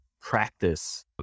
practice